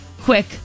quick